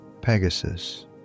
Pegasus